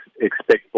expect